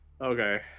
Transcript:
Okay